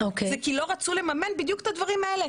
זה כי לא רצו לממן בדיוק את הדברים אלה,